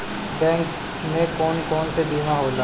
Bank में कौन कौन से बीमा होला?